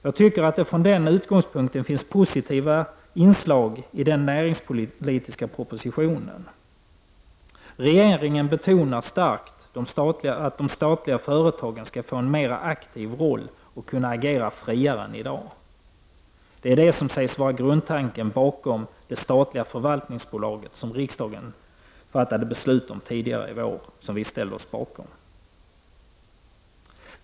Jag tycker från den utgångspunkten att det finns positiva inslag i den näringspolitiska propositionen. Regeringen betonar starkt att de statliga företagen skall få en mera aktiv roll och kunna agera friare än i dag. Det sägs vara grundtanken bakom det statliga förvaltningsbolaget som riksdagen fattade beslut om tidigare i vår, som vi ställer oss bakom.